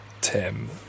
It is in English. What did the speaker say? tim